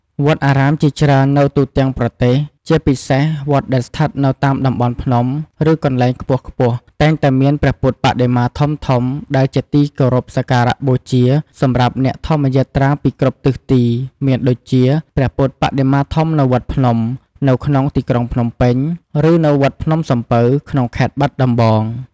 វត្តអារាមជាច្រើននៅទូទាំងប្រទេស ជាពិសេសវត្តដែលស្ថិតនៅតាមតំបន់ភ្នំ ឬកន្លែងខ្ពស់ៗ តែងតែមានព្រះពុទ្ធបដិមាធំៗដែលជាទីគោរពសក្ការៈបូជាសម្រាប់អ្នកធម្មយាត្រាពីគ្រប់ទិសទី មានដូចជា ព្រះពុទ្ធបដិមាធំនៅវត្តភ្នំ នៅក្នុងទីក្រុងភ្នំពេញ ឬនៅវត្តភ្នំសំពៅ ក្នុងខេត្តបាត់ដំបង។